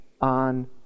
on